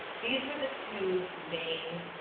these were the two main